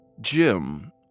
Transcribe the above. Jim